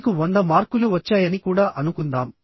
మీకు 100 మార్కులు వచ్చాయని కూడా అనుకుందాం